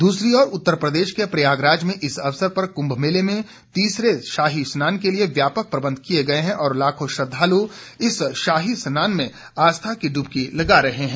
दूसरी ओर उत्तरप्रदेश के प्रयागराज में इस अवसर पर कुंभ मेले में तीसरे शाही स्नान के लिए व्यापक प्रबंध किये गये हैं और लाखों श्रद्धालु इस शाही स्नान में आस्था की डुबकी लगा रहे हैं